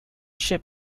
ship